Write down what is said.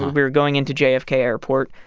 we were going into jfk airport.